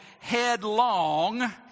headlong